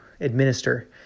administer